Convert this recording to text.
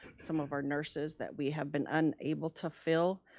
some of our nurses that we have been unable to fill.